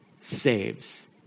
saves